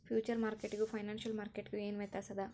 Future ಮಾರ್ಕೆಟಿಗೂ financial ಮಾರ್ಕೆಟಿಗೂ ಏನ್ ವ್ಯತ್ಯಾಸದ?